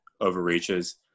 overreaches